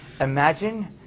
Imagine